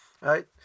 Right